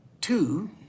Two